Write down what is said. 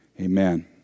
Amen